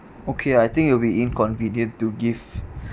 okay I think it'll be inconvenient to give